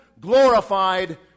glorified